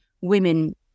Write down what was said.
women